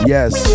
Yes